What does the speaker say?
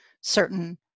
certain